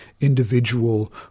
individual